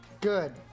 good